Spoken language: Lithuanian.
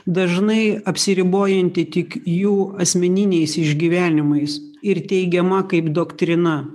dažnai apsiribojanti tik jų asmeniniais išgyvenimais ir teigiama kaip doktrina